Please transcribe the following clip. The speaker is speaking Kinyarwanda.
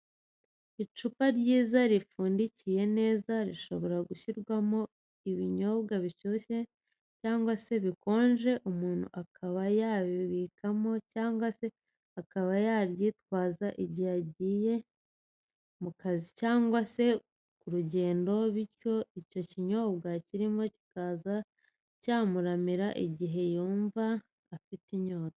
Icupa ryiza ripfundikiye neza rishobora gushyirwamo ibinyobwa bishushye cyangwa se bikonje umuntu akaba yabibikamo cyangwa se akaba yaryitwaza agiye mu kazi cyangwa se ku rugendo, bityo icyo kinyobwa kirimo kikaza cyamuramira igihe yumva afite inyota.